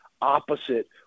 opposite